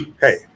hey